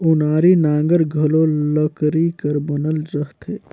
ओनारी नांगर घलो लकरी कर बनल रहथे